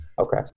Okay